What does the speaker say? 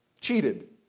cheated